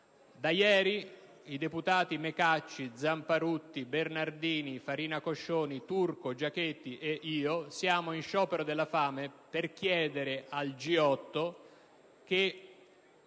Da ieri i deputati Mecacci, Zamparutti, Bernardini, Farina Coscioni, Turco, Giachetti ed io siamo in sciopero della fame per chiedere al G8 che